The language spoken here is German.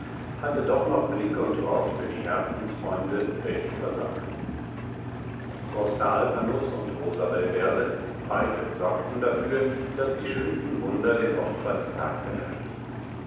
hatte doch noch blick und wort für die herzensfreunde welche versammelt prosper alpanus und rosabelverde beide sorgten dafür daß die schönsten wunder den hochzeitstag verherrlichten